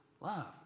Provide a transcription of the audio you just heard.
love